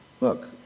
Look